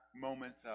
moments